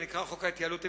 הנקרא חוק ההתייעלות,